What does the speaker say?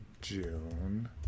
June